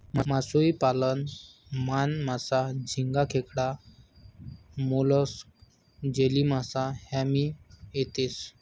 मासोई पालन मान, मासा, झिंगा, खेकडा, मोलस्क, जेलीमासा ह्या भी येतेस